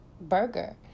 burger